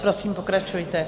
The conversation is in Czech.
Prosím, pokračujte.